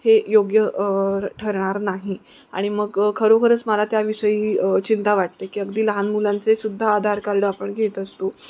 हे योग्य ठरणार नाही आणि मग खरोखरच मला त्याविषयी चिंता वाटते की अगदी लहान मुलांचेसुद्धा आधार कार्ड आपण घेत असतो